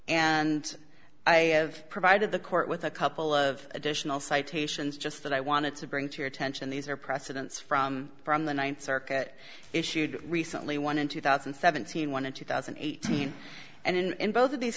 and i have provided the court with a couple of additional citations just that i wanted to bring to your attention these are precedents from from the ninth circuit issued recently one in two thousand and seventeen one in two thousand and eighteen and in both of these